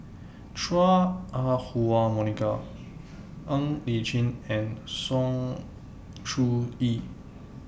Chua Ah Huwa Monica Ng Li Chin and Sng Choon Yee